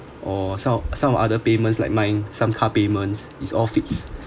or some of some of other payments like mine some car payments it's all fixed